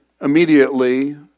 Immediately